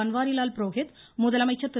பன்வாரிலால் புரோஹித் முதலமைச்சர் திரு